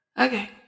Okay